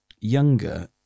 younger